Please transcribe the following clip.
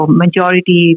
majority